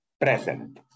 present